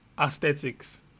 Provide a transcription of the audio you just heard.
Aesthetics